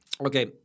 Okay